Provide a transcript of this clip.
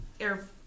air-